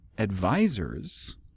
advisors